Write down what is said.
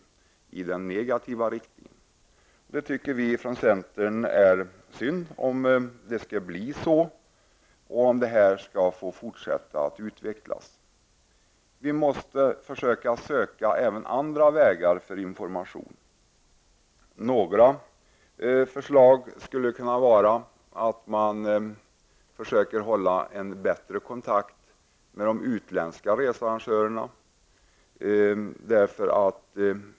Vi i centern tycker det vore synd om det skulle bli så och om denna skadegörelse skall få fortsätta att utvecklas. Därför gäller det att hitta också andra vägar för information. Ett förslag är att man försöker upprätthålla en bättre kontakt med de utländska researrangörerna.